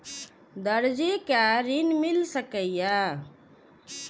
दर्जी कै ऋण मिल सके ये?